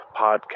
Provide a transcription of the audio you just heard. podcast